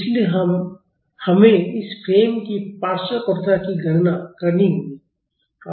इसलिए हमें इस फ्रेम की पार्श्व कठोरता की गणना करनी होगी